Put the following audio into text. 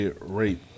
rape